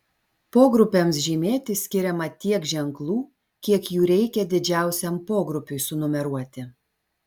pogrupiams žymėti skiriama tiek ženklų kiek jų reikia didžiausiam pogrupiui sunumeruoti